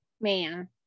man